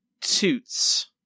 Toots